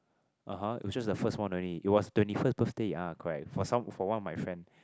(uh huh) it was just the first one only it was twenty first birthday ah correct for some for one of my friend